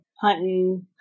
hunting